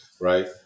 right